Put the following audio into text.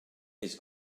his